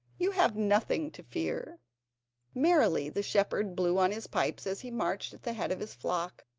you have nothing to fear merrily the shepherd blew on his pipes as he marched at the head of his flock,